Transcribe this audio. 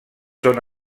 són